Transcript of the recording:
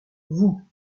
vous